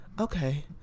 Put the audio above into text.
okay